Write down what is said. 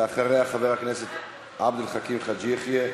אחריה, חבר הכנסת עבד אל חכים חאג' יחיא,